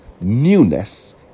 newness